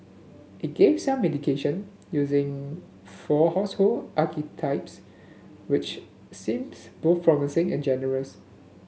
it gave some indication using four household archetypes which seems both promising and generous